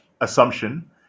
assumption